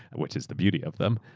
which is the beauty of them.